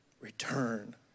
Return